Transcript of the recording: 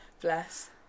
Bless